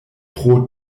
pro